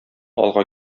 алга